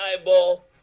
eyeball